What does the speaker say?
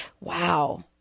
wow